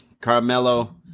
Carmelo